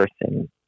person